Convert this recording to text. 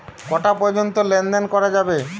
কটা পর্যন্ত লেন দেন করা যাবে?